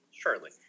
Surely